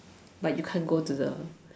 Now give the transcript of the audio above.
but you can't go to the